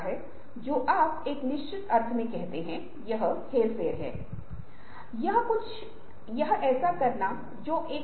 और एक समय में वह एक समस्या पर ध्यान केंद्रित करने के लिए एक बल बनाएगा